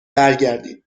برگردیم